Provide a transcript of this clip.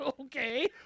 okay